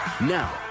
Now